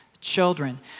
children